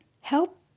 help